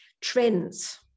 trends